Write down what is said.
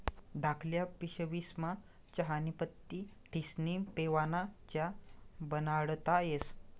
धाकल्ल्या पिशवीस्मा चहानी पत्ती ठिस्नी पेवाना च्या बनाडता येस